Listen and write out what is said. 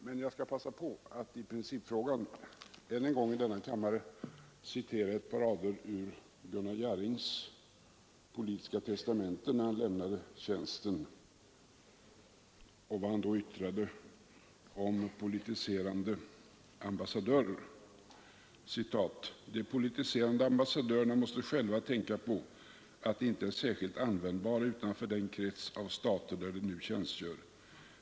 Men jag skall passa på att i principfrågan än en gång i denna kammare citera ett par rader ur Gunnar Jarrings politiska testamente när han lämnade tjänsten, nämligen vad han yttrade om politiserande ambassadörer: ”De politiserande ambassadörerna måste själva tänka på att de inte är särskilt användbara utanför den krets av stater där de nu tjänstgör.